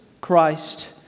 Christ